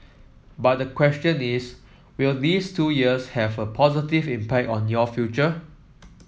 but the question is will these two years have a positive impact on your future